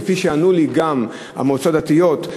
כפי שענו לי גם המועצות הדתיות,